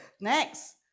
next